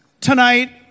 tonight